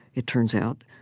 it turns out,